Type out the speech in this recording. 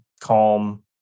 calm